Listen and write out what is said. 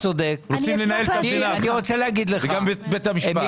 רוצים לנהל את המדינה ואת בית המשפט.